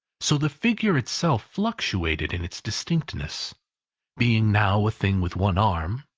so the figure itself fluctuated in its distinctness being now a thing with one arm,